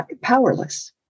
powerless